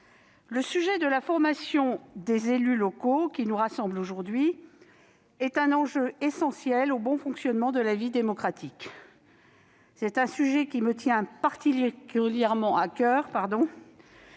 le sujet de la formation des élus locaux, qui nous rassemble aujourd'hui, constitue un enjeu essentiel au bon fonctionnement de notre vie démocratique. Ce sujet me tient particulièrement à coeur